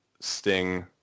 sting